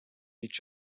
each